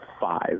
five